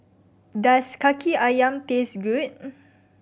does Kaki Ayam taste good